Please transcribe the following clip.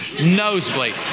Nosebleed